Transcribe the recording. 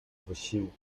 wysiłku